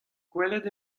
gwelet